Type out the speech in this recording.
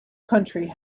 county